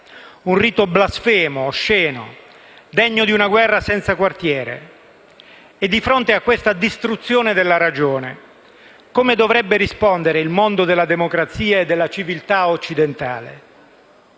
Un rito blasfemo, osceno, degno di una guerra senza quartiere. Di fronte a questa distruzione della ragione, come dovrebbe rispondere il mondo della democrazia e della civiltà occidentale?